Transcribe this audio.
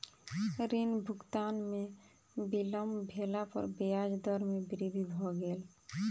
ऋण भुगतान में विलम्ब भेला पर ब्याज दर में वृद्धि भ गेल